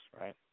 right